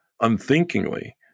unthinkingly